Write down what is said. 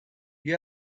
you